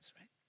right